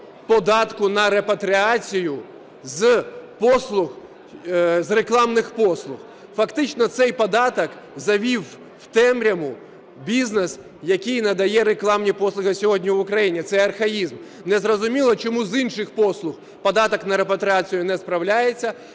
податку на репатріація з рекламних послуг. Фактично цей податок завів у темряву бізнес, який надає рекламні послуги на сьогодні в Україні. Це архаїзм. Незрозуміло, чому з інших послуг податок на репатріацію не справляється,